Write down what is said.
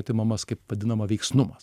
atimamas kaip vadinama veiksnumas